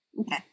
Okay